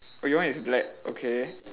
oh your one is black okay